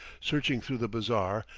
searching through the bazaar,